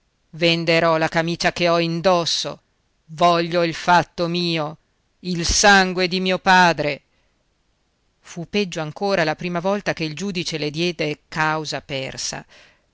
venderò la camicia che ho indosso voglio il fatto mio il sangue di mio padre fu peggio ancora la prima volta che il giudice le diede causa persa